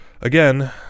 Again